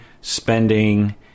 spending